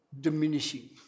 diminishing